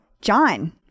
John